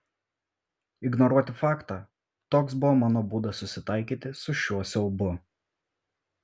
ignoruoti faktą toks buvo mano būdas susitaikyti su šiuo siaubu